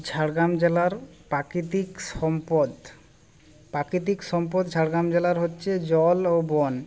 ঝাড়গ্রাম জেলার প্রাকৃতিক সম্পদ প্রাকৃতিক সম্পদ ঝাড়গ্রাম জেলার হচ্ছে জল ও বন